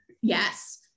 yes